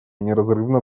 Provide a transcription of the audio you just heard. неразрывно